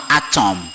atom